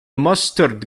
mustard